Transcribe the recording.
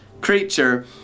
creature